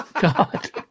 God